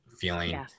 feeling